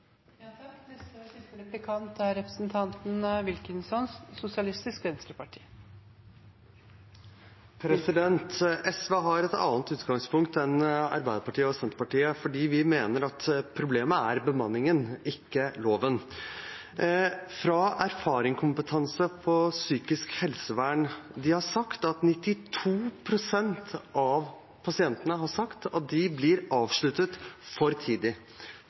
SV har et annet utgangspunkt enn Arbeiderpartiet og Senterpartiet, fordi vi mener at problemet er bemanningen og ikke loven. Fra Erfaringskompetanse innen psykisk helse: De har sagt at 92 pst. av pasientene har sagt at de blir avsluttet for